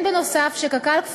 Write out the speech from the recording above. לבוא ולטפל בנושא של תחרות,